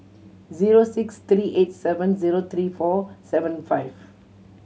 zero six three eight seven zero three four seven five